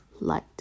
light